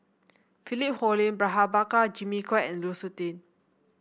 Philip Hoalim Prabhakara Jimmy Quek and Lu Suitin